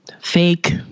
fake